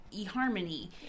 eHarmony